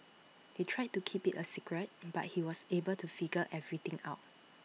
they tried to keep IT A secret but he was able to figure everything out